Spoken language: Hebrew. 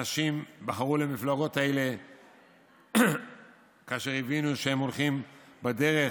אנשים בחרו במפלגות האלה כאשר הבינו שהם הולכים בדרך